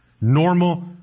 Normal